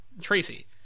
Tracy